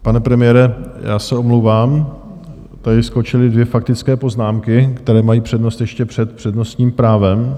Pane premiére, já se omlouvám, tady skočily dvě faktické poznámky, které mají přednost ještě před přednostním právem.